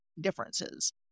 differences